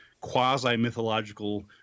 quasi-mythological